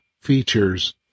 features